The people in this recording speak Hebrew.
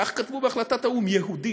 כך כתבו בהחלטת האו"ם: "יהודית".